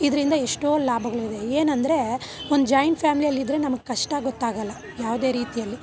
ಇದರಿಂದ ಎಷ್ಟೋ ಲಾಭಗಳಿದೆ ಏನೆಂದ್ರೆ ಒಂದು ಜಾಯಿಂಟ್ ಫ್ಯಾಮಿಲಿಯಲ್ಲಿದ್ರೆ ನಮಗೆ ಕಷ್ಟ ಗೊತ್ತಾಗೊಲ್ಲ ಯಾವುದೇ ರೀತಿಯಲ್ಲಿ